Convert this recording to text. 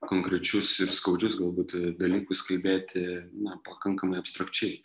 konkrečius ir skaudžius galbūt dalykus kalbėti na pakankamai abstrakčiai